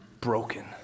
broken